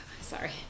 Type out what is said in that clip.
sorry